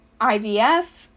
IVF